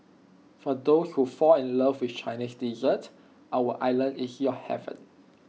for those who fall in love with Chinese dessert our island is your heaven